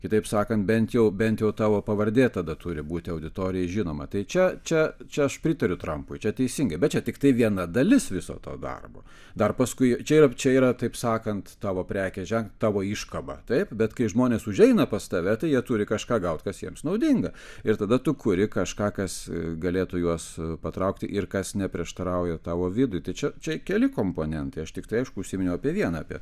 kitaip sakant bent jau bent jau tavo pavardė tada turi būti auditorijai žinoma tai čia čia čia aš pritariu trampui čia teisingai bet čia tiktai viena dalis viso to darbo dar paskui čia yra čia yra taip sakant tavo prekės ženk tavo iškaba taip bet kai žmonės užeina pas tave tai jie turi kažką gaut kas jiems naudinga ir tada tu kuri kažką kas galėtų juos patraukti ir kas neprieštarauja tavo vidui tai čia čia keli komponentai aš tiktai aišku užsiminiau apie vieną apie